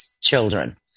children